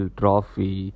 trophy